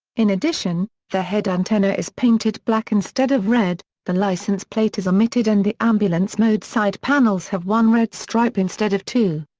in addition, the head antenna is painted black instead of red, the license plate is omitted and the ambulance mode's side panels have one red stripe instead of two.